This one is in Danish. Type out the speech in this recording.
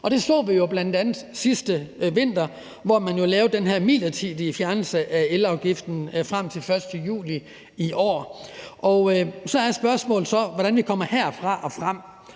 Det så vi jo bl.a. sidste vinter, hvor man lavede den her midlertidige fjernelse af elafgiften frem til den 1. juli i år. Så er spørgsmålet så, hvordan vi kommer videre herfra og frem.